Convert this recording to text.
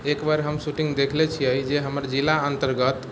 एक बेर हम शूटिंग देखले छियै जे हमर जिला अन्तर्गत